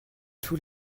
tous